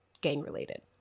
gang-related